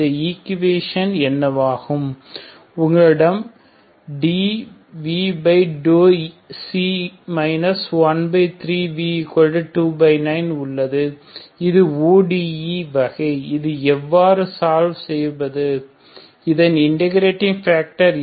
இந்த ஈக்குவேஷனுக்கு என்னவாகும் உங்களிடம் dvξ 13v29 இது ODE வகை இது எவ்வாறு சொல்வ் செய்வது இதன் இன்டர்பிரேட்டிங் ஃபேக்டர்I